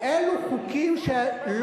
החוקים פה פרסונליים.